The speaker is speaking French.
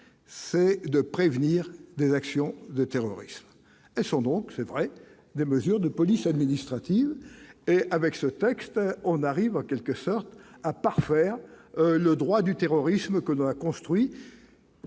c'est de prévenir des actions de terrorisme, elles sont donc c'est vrai, des mesures de police administrative et avec ce texte on arrive en quelque sorte à parfaire le droit du terrorisme, que l'on a construit